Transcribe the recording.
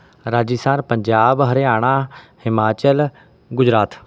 Rajasthan Punjab Haryana Himachal Gujarat